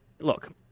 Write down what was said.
look